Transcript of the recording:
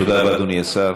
תודה רבה, אדוני השר.